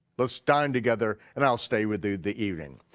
let's dine together, and i'll stay with you the evening.